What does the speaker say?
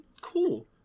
cool